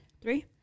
Three